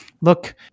look